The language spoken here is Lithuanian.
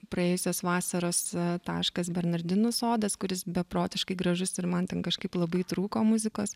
praėjusios vasaros taškas bernardinų sodas kuris beprotiškai gražus ir man ten kažkaip labai trūko muzikos